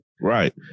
Right